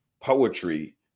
poetry